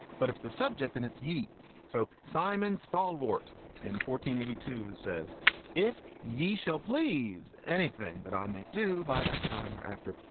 but if the subject and it's ye so. simon stalwart in fourteen eighty-two says if ye shall please anything that i may do by that time or after.